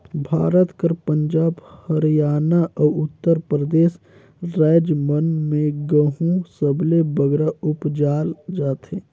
भारत कर पंजाब, हरयाना, अउ उत्तर परदेस राएज मन में गहूँ सबले बगरा उपजाल जाथे